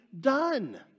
done